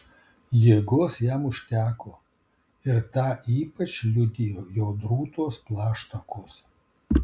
jėgos jam užteko ir tą ypač liudijo jo drūtos plaštakos